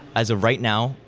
as of right now,